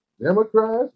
Democrats